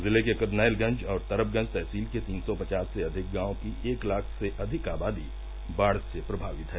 जिले के करनैलगंज और तरबगंज तहसील के तीन सौ पचास से अधिक गांव की एक लाख से अधिक आबादी बाढ़ से प्रभावित है